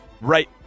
right